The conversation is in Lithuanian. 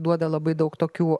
duoda labai daug tokių